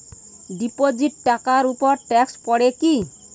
Deposit টাকার উপর tax পড়ে কি?